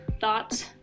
thoughts